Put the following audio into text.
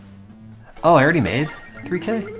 already made three k,